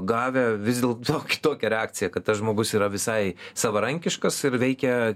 gavę vis dėl to tokią reakciją kad tas žmogus yra visai savarankiškas ir veikia